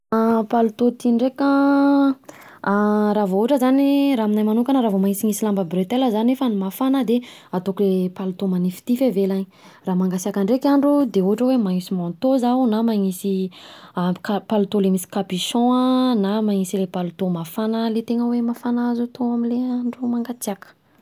Palitao ty ndreka an, raha vao ohatra zany raha aminahy manokana manisinisy bretel za nefany mafana, de ataoko palitao manifitify ivelany, raha mangasiaka ndreka andro de ohatra hoe manisy manteau zaho na manisy palitao le misy capuchon an, na manisy le palitao mafana, le tegna hoe mafana azo amle andro mangatsiaka.